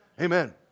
amen